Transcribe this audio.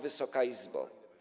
Wysoka Izbo!